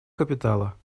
капитала